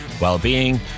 wellbeing